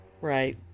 Right